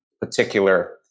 particular